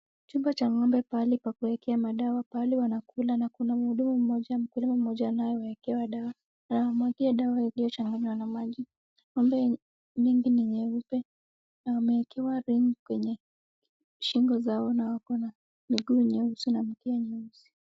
Chumba cha ng'ombe pahali pa kuwekea madawa, pahali wanakula na kuna mhudumu mmoja mkulima mmoja anayewaekewa dawa, anawamwagia dawa iliyochanganywa na maji. Ng'ombe nyingine nyeupe na wamewekewa ringi kwenye shingo zao na wako na miguu nyeusi na mkia nyeusi.